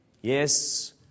Yes